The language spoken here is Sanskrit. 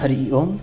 हरिः ओं